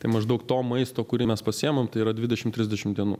tai maždaug to maisto kurį mes pasiimam tai yra dvidešim trisdešim dienų